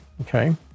okay